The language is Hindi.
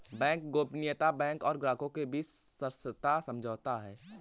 बैंक गोपनीयता बैंक और ग्राहक के बीच सशर्त समझौता है